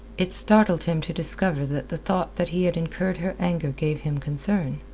it startled him to discover that the thought that he had incurred her anger gave him concern.